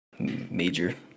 major